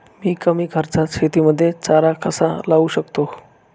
मी कमी खर्चात शेतीमध्ये चारा कसा लावू शकतो?